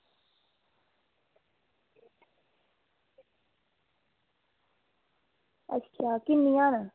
अच्छा किन्नियां न